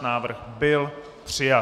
Návrh byl přijat.